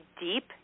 deep